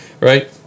right